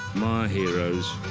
my heroes,